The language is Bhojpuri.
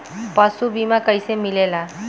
पशु बीमा कैसे मिलेला?